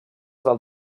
del